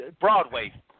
Broadway